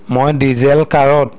মই ডিজিলকাৰত